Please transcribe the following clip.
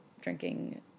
drinking